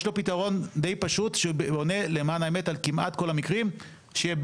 יש לו פתרון די פשוט שעונה למען האמת על כמעט כל המקרים שיהיה